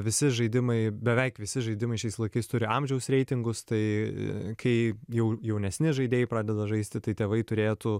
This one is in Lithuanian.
visi žaidimai beveik visi žaidimai šiais laikais turi amžiaus reitingus tai kai jau jaunesni žaidėjai pradeda žaisti tai tėvai turėtų